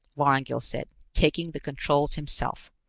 vorongil said, taking the controls himself.